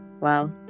Wow